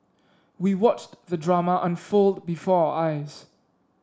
we watched the drama unfold before our eyes